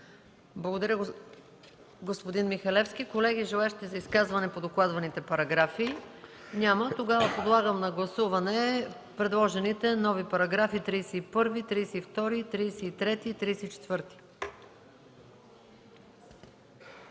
Благодаря, господин Михалевски. Колеги, има ли желаещи за изказване по докладваните параграфи? Няма. Подлагам на гласуване предложените нови параграфи 31, 32, 33 и 34.